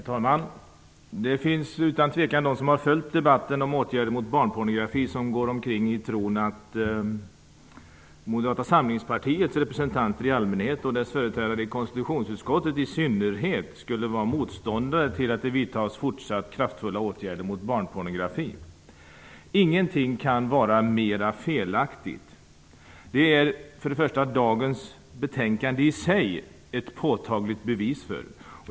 Herr talman! Det finns utan tvivel de som har följt debatten om åtgärder mot barnpornografi som går omkring i tron att Moderata samlingspartiets representanter i allmänhet och dess företrädare i konstitutionsutskottet i synnerhet skulle vara motståndare till att det vidtas fortsatt kraftfulla åtgärder mot barnpornografi. Ingenting kan vara mera felaktigt. Detta är dagens betänkande i sig ett påtagligt bevis för.